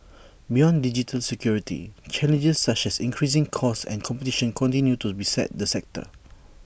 beyond digital security challenges such as increasing costs and competition continue to beset the sector